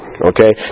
Okay